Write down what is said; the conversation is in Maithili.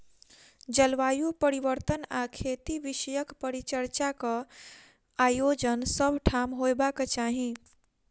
जलवायु परिवर्तन आ खेती विषयक परिचर्चाक आयोजन सभ ठाम होयबाक चाही